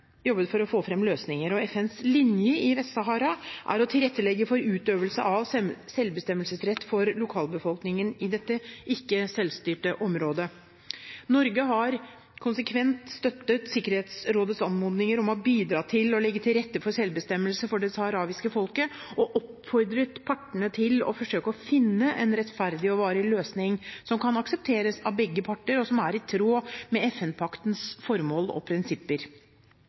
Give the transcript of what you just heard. jobbet for å få fram løsninger, og FNs linje i Vest-Sahara er å tilrettelegge for utøvelse av selvbestemmelsesrett for lokalbefolkningen i dette ikke-selvstyrte området. Norge har konsekvent støttet Sikkerhetsrådets anmodninger om å bidra til å legge til rette for selvbestemmelse for det saharawiske folket og oppfordret partene til å forsøke å finne en rettferdig og varig løsning som kan aksepteres av begge parter, og som er i tråd med FN-paktens formål og prinsipper.